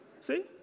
see